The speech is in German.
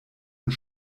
und